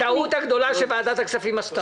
הטעות הגדולה שוועדת הכספים עשתה.